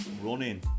running